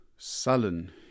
sullen